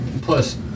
Plus